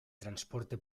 transporte